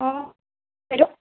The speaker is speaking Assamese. অঁ হেল্ল'